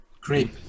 creep